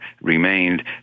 remained